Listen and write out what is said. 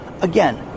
again